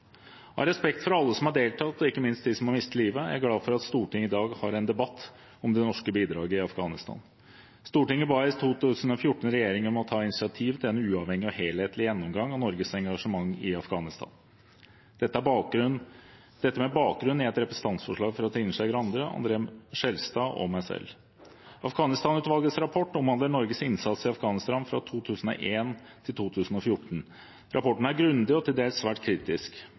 Av respekt for alle som har deltatt, og ikke minst for dem som har mistet livet, er jeg glad for at Stortinget i dag har en debatt om det norske bidraget i Afghanistan. Stortinget ba i 2014 regjeringen om å ta initiativ til en uavhengig og helhetlig gjennomgang av Norges engasjement i Afghanistan, dette med bakgrunn i et representantforslag fra Trine Skei Grande, André N. Skjelstad og meg selv. Afghanistan-utvalgets rapport omhandler Norges innsats i Afghanistan fra 2001 til 2014. Rapporten er grundig og til dels svært kritisk.